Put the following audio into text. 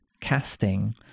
casting